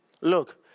Look